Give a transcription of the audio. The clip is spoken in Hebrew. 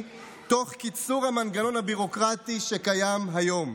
תוך קיצור המנגנון הביורוקרטי שקיים היום.